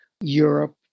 Europe